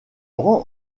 rend